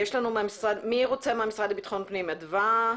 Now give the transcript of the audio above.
מי רוצה מהמשרד לביטחון פנים: אדווה,